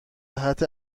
صحت